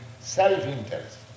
self-interest